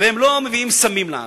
והם לא מביאים סמים לארץ.